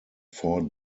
four